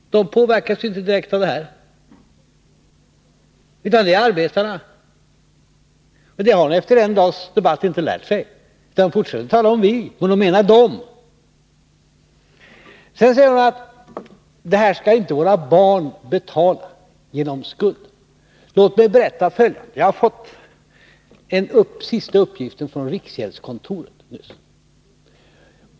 De påverkas inte direkt av den föreslagna förändringen utan det är arbetarna. Det har hon efter en dags debatt inte lärt sig utan fortsätter tala om ”vi” men menar ”de”. Sedan säger hon: Det här skall inte våra barn betala genom att vi sätter oss i skuld. Låt mig berätta att jag nyss har fått den senaste uppgiften från riksgäldskontoret.